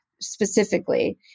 specifically